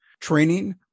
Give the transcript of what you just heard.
training